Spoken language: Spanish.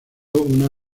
una